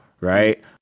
right